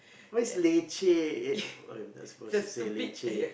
what is leceh oh eh I'm not supposed to say leceh